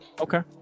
okay